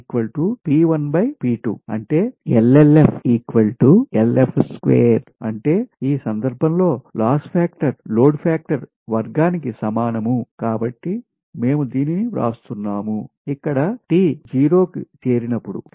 అంటే అంటే ఈ సందర్భం లో లాస్ ఫాక్టర్ లోడ్ ఫాక్టర్ వర్గానికి సమానం కాబట్టి మేము దీనిని వ్రాస్తున్నాము ఇక్కడ t 0 చేరినపుడు